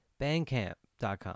Bandcamp.com